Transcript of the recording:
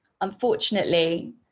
unfortunately